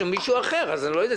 אם יהיה מישהו אחר, אז אני לא יודע.